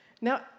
Now